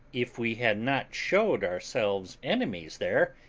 if we had not showed ourselves enemies there,